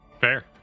Fair